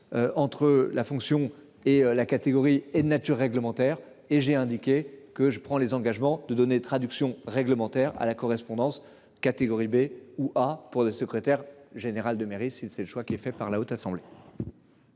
Entre la fonction et la catégorie et de nature réglementaire et j'ai indiqué que je prends les engagements de données traduction réglementaire à la correspondance catégorie B ou ah. Pour le secrétaire général de mairie si c'est le choix qui est fait par la Haute Assemblée.